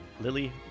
Lily